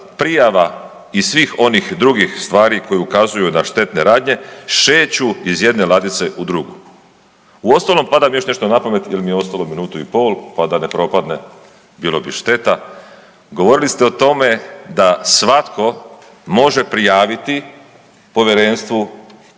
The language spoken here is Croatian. prijava i svih onih drugih stvari koji ukazuju na štetne radnje šeću iz jedne ladice u drugu. Uostalom pada mi još nešto na pamet jer mi je ostalo minutu i pol, pa da ne propadne, bilo bi šteta. Govorili ste o tome da svatko može prijaviti povjerenstvu